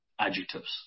adjectives